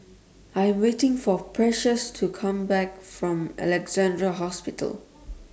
I'm waiting For Precious to Come Back from Alexandra Hospital